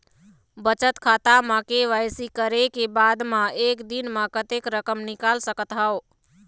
बचत खाता म के.वाई.सी करे के बाद म एक दिन म कतेक रकम निकाल सकत हव?